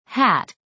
hat